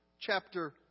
chapter